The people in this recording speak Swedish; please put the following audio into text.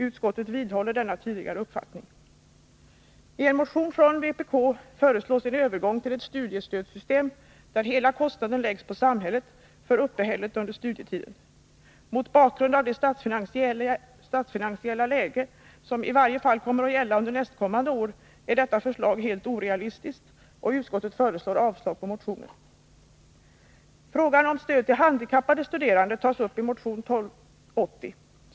Utskottet vidhåller denna tidigare uppfattning. I en motion från vpk föreslås en övergång till ett studiestödssystem där hela kostnaden läggs på samhället för uppehället under studietiden. Mot bakgrund av det statsfinansiella läge som i varje fall kommer att gälla under nästkommande år är detta förslag helt orealistiskt, och utskottet avstyrker motionen. Frågan om stöd till handikappade studerande tas upp i motion 1280.